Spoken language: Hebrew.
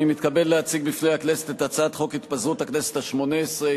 אני מתכבד להציג בפני הכנסת את הצעת חוק התפזרות הכנסת השמונה-עשרה,